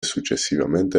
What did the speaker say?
successivamente